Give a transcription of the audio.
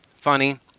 Funny